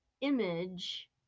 image